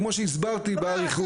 כפי שהסברתי באריכות,